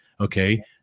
Okay